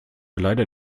leider